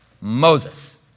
Moses